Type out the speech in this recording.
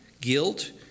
guilt